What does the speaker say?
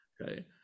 Okay